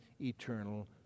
eternal